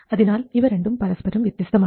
അതിനാൽ ഇവ രണ്ടും പരസ്പരം വ്യത്യസ്തമാണ്